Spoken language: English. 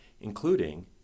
including